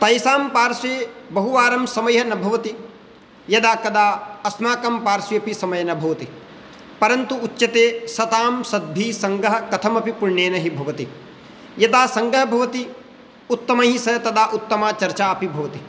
तेषां पार्श्वे बहुवारं समयः न भवति यदा कदा अस्माकं पार्श्वे अपि समयः न भवति परन्तु उच्यते सतां सद्भिः सङ्गः कथमपि पुण्येन हि भवति यदा सङ्गः भवति उत्तमैः सह तदा उत्तमा चर्चा अपि भवति